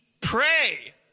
pray